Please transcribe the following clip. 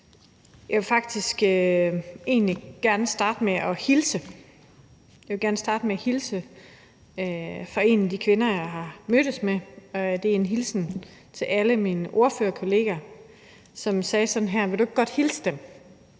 Jeg vil egentlig gerne starte med at hilse fra en af de kvinder, som jeg har mødtes med, og det er en hilsen til alle mine ordførerkollegaer. Hun sagde: Vil du ikke godt hilse dem